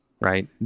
right